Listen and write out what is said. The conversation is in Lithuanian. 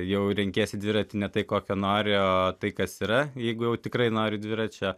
jau renkiesi dviratį ne tai kokio nario tai kas yra jeigu jau tikrai nori dviračio